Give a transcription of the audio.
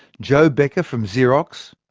joe becker from xerox,